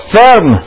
firm